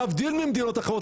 להבדיל ממדינות אחרות.